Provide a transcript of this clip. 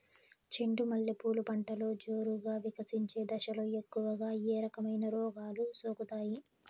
చెండు మల్లె పూలు పంటలో జోరుగా వికసించే దశలో ఎక్కువగా ఏ రకమైన రోగాలు సోకుతాయి?